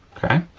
okay?